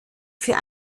für